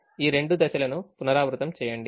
ఈ రెండు దశలను పునరావృతం చేయండి